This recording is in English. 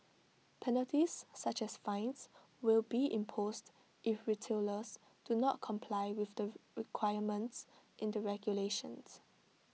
penalties such as fines will be imposed if retailers do not comply with the requirements in the regulations